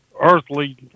earthly